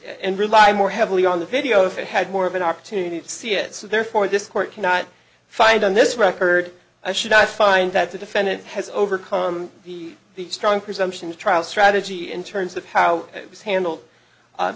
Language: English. and rely more heavily on the video if it had more of an opportunity to see it so therefore this court cannot find on this record i should i find that the defendant has overcome the strong presumption the trial strategy in terms of how it was handled